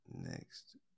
next